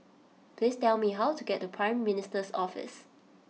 please tell me how to get to Prime Minister's Office